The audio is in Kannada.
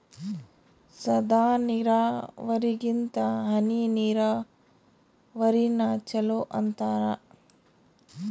ಸಾದ ನೀರಾವರಿಗಿಂತ ಹನಿ ನೀರಾವರಿನ ಚಲೋ ಅಂತಾರ